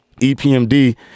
EPMD